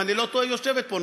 שאם אני לא טועה היא יושבת פה,